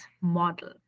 model